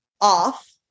off